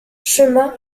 chemins